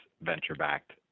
venture-backed